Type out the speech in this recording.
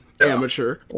amateur